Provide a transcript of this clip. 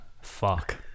fuck